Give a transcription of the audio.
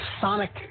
sonic